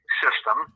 system